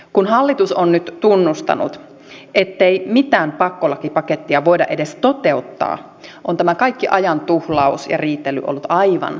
kun hallitus on nyt tunnustanut ettei mitään pakkolakipakettia voida edes toteuttaa on tämä kaikki ajan tuhlaus ja riitely ollut aivan tarpeetonta